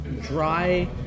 dry